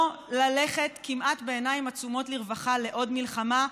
לא ללכת כמעט בעיניים עצומות לרווחה לעוד מלחמה,